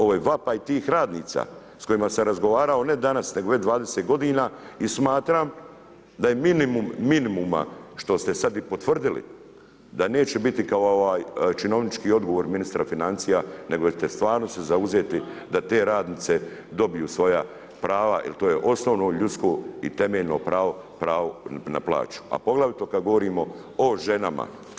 Ovo je vapaj tih radnica sa kojima sam razgovarao ne danas nego već 20 godina i smatram da je minimum minimuma što ste sad i potvrdili da neće biti kao činovnički odgovor ministra financija, nego da ćete se stvarno zauzeti da te radnice dobiju svoja prava jer to je osnovno ljudsko i temeljno pravo, pravo na plaću a poglavito kad govorimo o ženama.